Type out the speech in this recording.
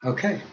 Okay